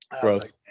Gross